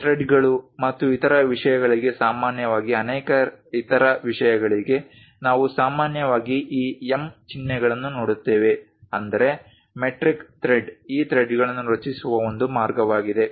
ಥ್ರೆಡ್ಗಳು ಮತ್ತು ಇತರ ವಿಷಯಗಳಿಗೆ ಸಾಮಾನ್ಯವಾಗಿ ಅನೇಕ ಇತರ ವಿಷಯಗಳಿಗೆ ನಾವು ಸಾಮಾನ್ಯವಾಗಿ ಈ M ಚಿಹ್ನೆಗಳನ್ನು ನೋಡುತ್ತೇವೆ ಅಂದರೆ ಮೆಟ್ರಿಕ್ ಥ್ರೆಡ್ ಈ ಥ್ರೆಡ್ಗಳನ್ನು ರಚಿಸುವ ಒಂದು ಮಾರ್ಗವಾಗಿದೆ